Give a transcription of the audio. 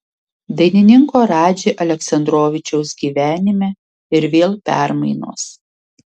dainininko radži aleksandrovičiaus gyvenime ir vėl permainos